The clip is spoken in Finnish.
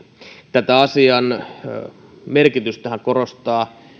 tätä asian merkitystähän korostaa